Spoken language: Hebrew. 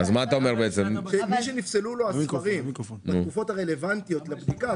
מי שנפסלו לו הספרים בתקופות הרלוונטיות לבדיקה,